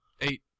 Eight